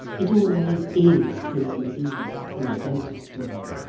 it always is christmas eve, in a ghost story,